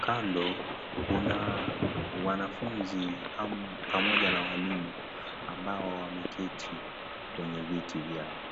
Kando kuna wanafunzi pamoja na walimu ambao wameketi kwenye viti vyao.